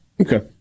Okay